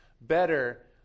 better